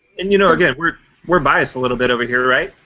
and, you know again, we're we're biased a little bit over here, right?